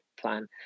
plan